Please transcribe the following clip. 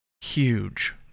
Huge